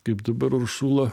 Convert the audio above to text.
kaip dabar uršula